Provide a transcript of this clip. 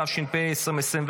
התשפ"ה 2024,